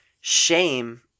Shame